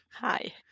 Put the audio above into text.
Hi